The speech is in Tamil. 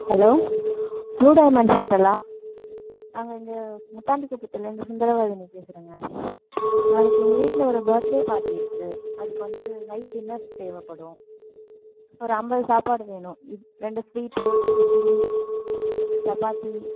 ஹெலோ ப்ளூ டைமண்ட் ஹோட்டலா நாங்கள் இங்கே முத்தாண்டி குப்பத்துலேந்து சுந்தரவதனி பேசுறங்க நாளைக்கு எங்கள் வீட்டில் ஒரு பர்த் டே பார்ட்டி இருக்கு அதுக்கு வந்து நைட் டின்னர்ஸ் தேவைப்படும் ஒரு ஐம்பது சாப்பாடு வேணும் இப் ரெண்டு ஸ்வீட்டு இட்லி சப்பாத்தி